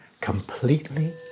completely